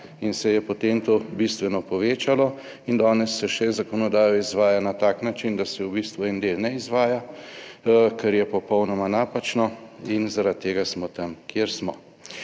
in se je potem to bistveno povečalo. In danes se še zakonodaja izvaja na tak način, da se v bistvu en del ne izvaja, kar je popolnoma napačno in zaradi tega smo tam, kjer smo.